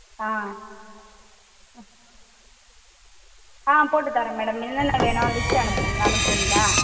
ஆ ஆ போட்டு தர்றேன் மேடம் என்னென்ன வேணும் லிஸ்ட் அனுப்புங்க அனுப்புறிங்களா